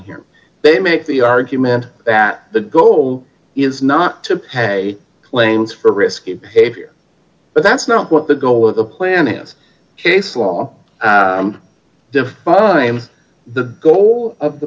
here they make the argument that the goal is not to pay claims for risky behavior but that's not what the goal of the plan is case law defines the goal of the